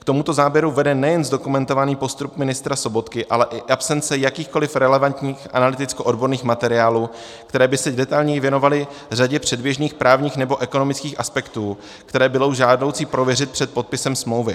K tomuto závěru vede nejen zdokumentovaný postup ministra Sobotky, ale i absence jakýchkoliv relevantních analytickoodborných materiálů, které by se detailně věnovaly řadě předběžných právních nebo ekonomických aspektů, které bylo žádoucí prověřit před podpisem smlouvy.